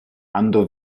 andò